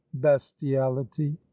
bestiality